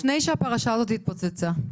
לפני שהפרשה זאת התפוצצה,